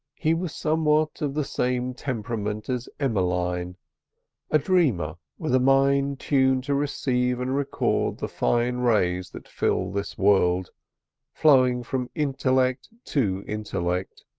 he was somewhat of the same temperament as emmeline a dreamer, with a mind tuned to receive and record the fine rays that fill this world flowing from intellect to intellect,